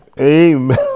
Amen